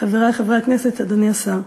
חברי חברי הכנסת, אדוני השר,